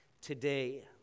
today